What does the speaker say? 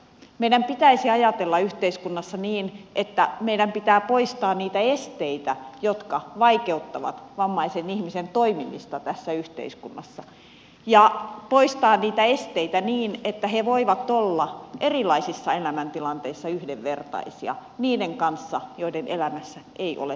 meidän pitäisi ajatella yhteiskunnassa niin että meidän pitää poistaa niitä esteitä jotka vaikeuttavat vammaisen ihmisen toimimista tässä yhteiskunnassa ja poistaa niitä esteitä niin että he voivat olla erilaisissa elämäntilanteissa yhdenvertaisia niiden kanssa joiden elämässä ei ole sitä vammaa